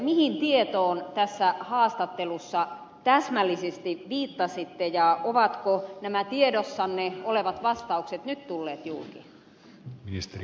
mihin tietoon tässä haastattelussa täsmällisesti viittasitte ja ovatko nämä tiedossanne olevat vastaukset nyt tulleet julki